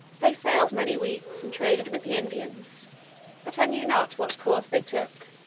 they sailed many weeks, and traded with the indians but i knew not what course they took,